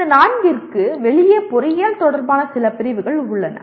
இந்த நான்கிற்கு வெளியே பொறியியல் தொடர்பான சில பிரிவுகள் உள்ளன